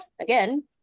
again